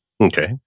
Okay